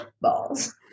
balls